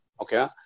okay